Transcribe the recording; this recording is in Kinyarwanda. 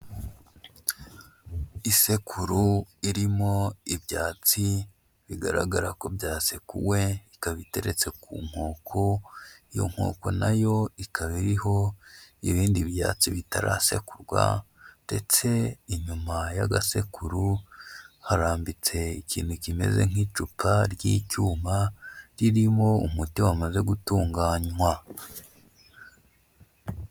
Isekuru irimo ibyatsi bigaragara ko byasekuwe, ikaba iteretse ku nkoko, iyo nkoko nayo ikaba iriho ibindi byatsi bitarasekurwa, ndetse inyuma y'agasekuru harambitse ikintu kimeze nk'icupa ry'icyuma ririmo umuti wamaze gutunganywa.